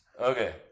Okay